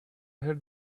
heard